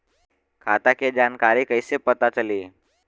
खाता के जानकारी कइसे पता चली?